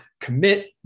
commit